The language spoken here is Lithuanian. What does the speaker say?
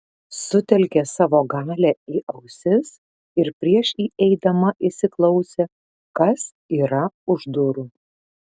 sutelkė savo galią į ausis ir prieš įeidama įsiklausė kas yra už durų